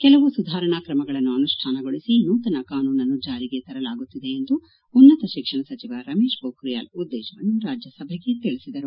ಕೆಲವು ಸುಧಾರಣಾ ಕ್ರಮಗಳನ್ನು ಅನುಷ್ಠಾನಗೊಳಿಸಿ ನೂತನ ಕಾನೂನನ್ನು ಜಾರಿಗೆ ತರಲಾಗುತ್ತಿದೆ ಎಂದು ಉನ್ನತ ಶಿಕ್ಷಣ ಸಚಿವ ರಮೇಶ್ ಮೊಖ್ರಿಯಾಲ್ ಉದ್ದೇಶವನ್ನು ರಾಜ್ಯಸಭೆಗೆ ತಿಳಿಸಿದರು